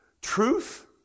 Truth